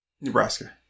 Nebraska